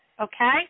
okay